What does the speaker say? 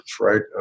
right